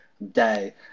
day